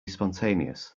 spontaneous